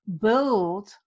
build